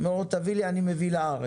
אני אומר לו שיביא לי ואני מביא לארץ.